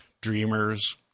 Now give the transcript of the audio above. dreamers